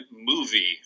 movie